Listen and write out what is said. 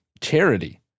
charity